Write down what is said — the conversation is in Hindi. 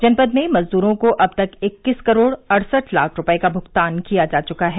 जनपद में मजदूरों को अब तक इक्कीस करोड़ अड़सठ लाख रूपए का भुगतान किया जा चुका है